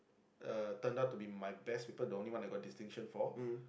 uh turned out to be my best paper the only one I got distinction for